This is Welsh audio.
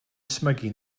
ysmygu